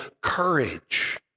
courage